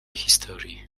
historii